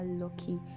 lucky